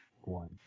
One